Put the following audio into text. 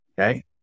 Okay